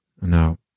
Now